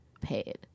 paid